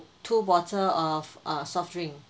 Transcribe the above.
two bottle of err soft drink